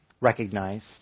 recognized